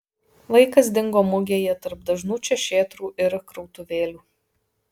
vaikas dingo mugėje tarp dažnų čia šėtrų ir krautuvėlių